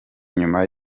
nyuma